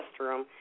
restroom